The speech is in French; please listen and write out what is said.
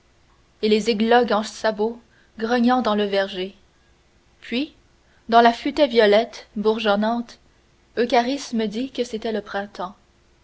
et les églogues en sabots grognant dans le verger puis dans la futaie violette bourgeonnante eucharis me dit que c'était le printemps